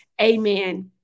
Amen